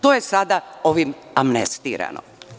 To je sada ovim amnestirano.